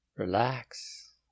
Relax